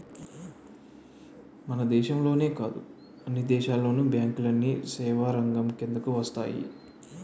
మన దేశంలోనే కాదు అన్ని దేశాల్లోను బ్యాంకులన్నీ సేవారంగం కిందకు వస్తాయి